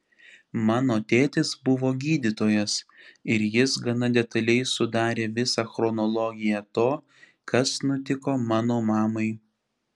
mano tėtis buvo gydytojas ir jis gana detaliai sudarė visą chronologiją to kas nutiko mano mamai